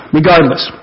regardless